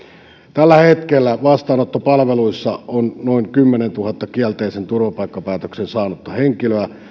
tällä hetkellä vastaanottopalveluissa on noin kymmenentuhannen kielteisen turvapaikkapäätöksen saanutta henkilöä